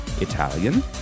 italian